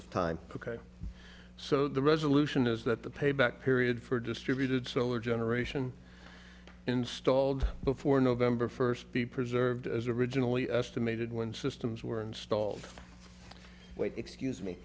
of time ok so the resolution is that the payback period for distributed solar generation installed before november first be preserved as originally estimated when systems were installed wait excuse me